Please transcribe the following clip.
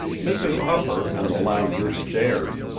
mrs. upper and the loungers stared,